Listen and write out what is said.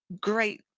great